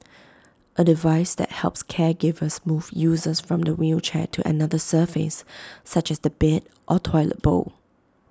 A device that helps caregivers move users from the wheelchair to another surface such as the bed or toilet bowl